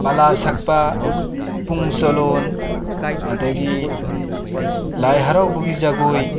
ꯄꯥꯂꯥ ꯁꯛꯄ ꯄꯨꯡ ꯆꯣꯂꯣꯝ ꯑꯗꯒꯤ ꯂꯥꯏ ꯍꯔꯥꯎꯕꯒꯤ ꯖꯒꯣꯏ